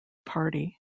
party